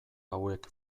hauek